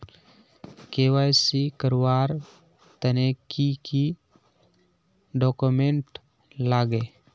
KYC करवार तने की की डॉक्यूमेंट लागे?